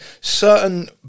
certain